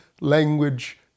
language